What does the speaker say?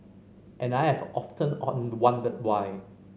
and I have often wondered why